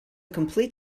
complete